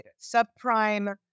subprime